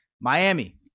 miami